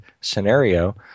scenario